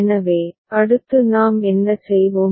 எனவே அடுத்து நாம் என்ன செய்வோம்